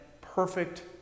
perfect